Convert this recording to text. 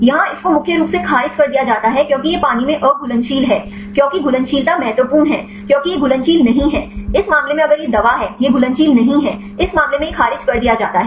यहां इस को मुख्य रूप से खारिज कर दिया है जाता है क्योंकि यह पानी में अघुलनशील है क्योंकि घुलनशीलता महत्वपूर्ण है क्योंकि यह घुलनशील नहीं है इस मामले में अगर यह दवा है यह घुलनशील नहीं है इस मामले में यह खारिज कर दिया जाता है